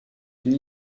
une